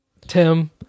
Tim